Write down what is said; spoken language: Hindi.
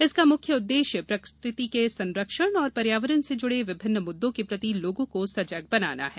इसका मुख्य उद्देश्य प्रकृति के संरक्षण और पर्यावरण से जुड़े विभिन्न मुद्दों के प्रति लोगों को सजग बनाना है